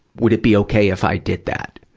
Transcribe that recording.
would it be okay if i did that?